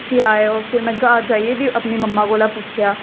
पुच्छियै आए ओ फिर में घर जाइयै बी अपनी मम्मा कोल पुच्छेआ